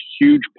huge